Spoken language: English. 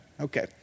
Okay